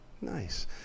Nice